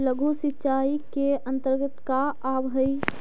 लघु सिंचाई के अंतर्गत का आव हइ?